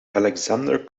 alexander